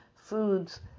foods